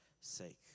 sake